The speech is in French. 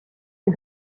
des